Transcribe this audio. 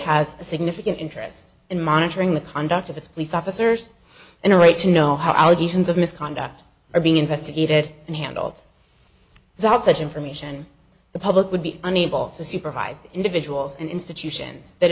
has a significant interest in monitoring the conduct of its police officers and our right to know how allegations of misconduct are being investigated and handled that such information the public would be unable to supervise the individuals and institutions that